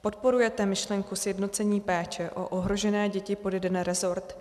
Podporujete myšlenku sjednocení péče o ohrožené děti pod jeden resort?